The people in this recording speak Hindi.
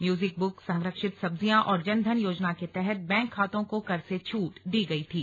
म्यूजिक बुक संरक्षित सब्जियां और जनधन योजना के तहत बैंक खातों को कर से छूट दी गई थी